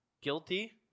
guilty